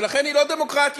ולכן היא לא דמוקרטיה.